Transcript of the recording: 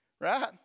Right